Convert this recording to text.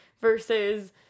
versus